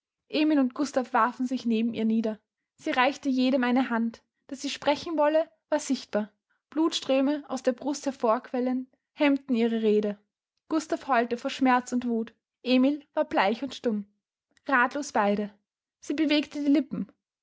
emil und gustav warfen sich neben ihr nieder sie reichte jedem eine hand daß sie sprechen wollte war sichtbar blutströme aus der brust hervorquellend hemmten ihre rede gustav heulte vor schmerz und wuth emil war bleich und stumm rathlos beide sie bewegte die lippen